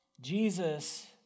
Jesus